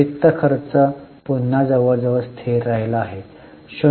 वित्त खर्च पुन्हा जवळजवळ स्थिर राहिला आहे 0